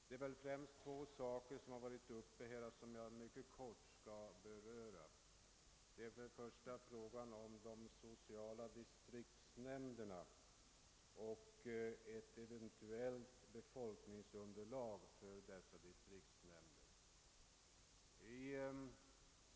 Det är främst två problem som har varit uppe till diskussion, och jag skall mycket kortfattat beröra dem. Först har vi frågan om de sociala distriktsnämnderna och deras eventuella befolkningsunderlag.